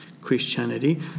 Christianity